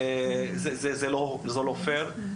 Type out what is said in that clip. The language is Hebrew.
זה לא פייר.